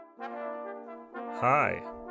Hi